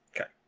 Okay